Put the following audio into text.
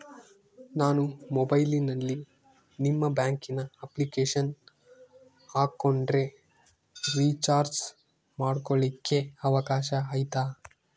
ನಾನು ಮೊಬೈಲಿನಲ್ಲಿ ನಿಮ್ಮ ಬ್ಯಾಂಕಿನ ಅಪ್ಲಿಕೇಶನ್ ಹಾಕೊಂಡ್ರೆ ರೇಚಾರ್ಜ್ ಮಾಡ್ಕೊಳಿಕ್ಕೇ ಅವಕಾಶ ಐತಾ?